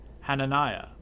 Hananiah